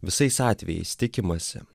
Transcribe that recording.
visais atvejais tikimasi